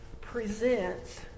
presents